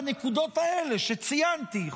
בנקודות האלה שציינתי,